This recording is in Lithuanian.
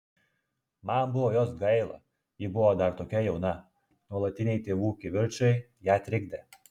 man buvo jos gaila ji buvo dar tokia jauna nuolatiniai tėvų kivirčai ją trikdė